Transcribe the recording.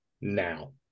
now